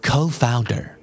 Co-founder